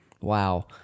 Wow